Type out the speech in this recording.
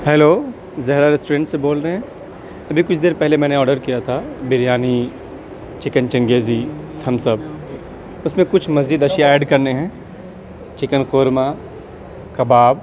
hello Zahra restaurant سے بول رہے ہیں ابھی کچھ دیر پہلے میں نے آڈر کیا تھا biryani chicken Changezi Thums Up اس میں کچھ مزید اشیا ایڈ کر نے ہیں چکن قورمہ کباب